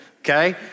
okay